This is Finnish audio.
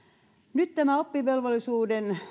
nyt tämä oppivelvollisuuden